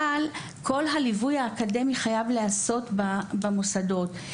כל הליווי האקדמי חייב להיעשות במוסדות.